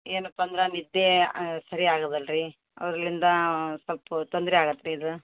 ಏನಪ್ಪ ಅಂದ್ರೆ ನಿದ್ದೆ ಸರಿಯಾಗದಲ್ಲ ರೀ ಅದ್ರಲಿಂದ ಸ್ವಲ್ಪ ತೊಂದರೆ ಆಗತ್ತೆ ರೀ ಇದು